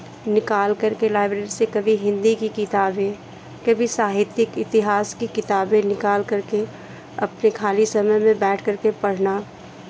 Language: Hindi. निकालकर के लाइब्रेरी से कभी हिन्दी की किताबें कभी साहित्यिक इतिहास की किताबें निकालकर के अपने खाली समय में बैठकर के पढ़ना